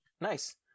nice